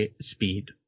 speed